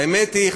האמת היא,